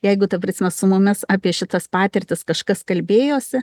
jeigu ta prasme su mumis apie šitas patirtis kažkas kalbėjosi